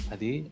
Adi